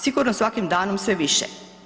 Sigurno svakim danom sve više.